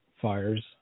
fires